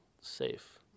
safe